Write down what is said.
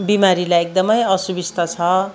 बिमारीलाई एकदमै असुबिस्ता छ